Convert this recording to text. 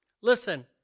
Listen